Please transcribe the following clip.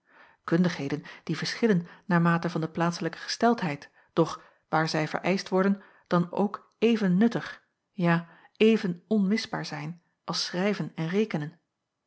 kundigheden die verschillen naarmate van de plaatselijke gesteldheid doch waar zij vereischt worden dan ook even nutjacob van ennep laasje evenster ja even onmisbaar zijn als schrijven en rekenen